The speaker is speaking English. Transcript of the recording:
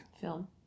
film